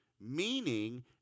meaning